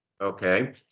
Okay